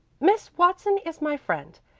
miss watson is my friend,